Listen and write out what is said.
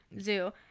Zoo